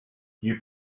you